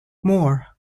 moore